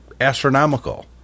astronomical